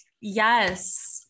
yes